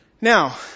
Now